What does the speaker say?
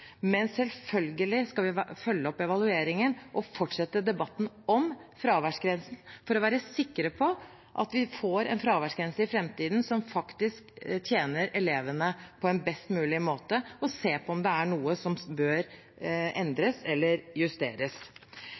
men selvfølgelig skal vi følge opp evalueringen og fortsette debatten om fraværsgrensen for å være sikre på at vi får en fraværsgrense i framtiden som faktisk tjener elevene på en best mulig måte, og se på om noe bør endres eller justeres.